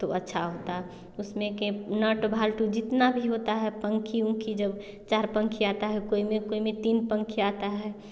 तो अच्छा होता उसमें के नट भाल्ट जितना भी होता है पंखी उनखी जो चार पंखी आती है कोई में कोई तीन पंखी आता है